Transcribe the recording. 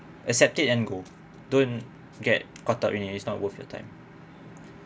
accept it and go don't get caught up in it it's not worth your time